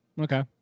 Okay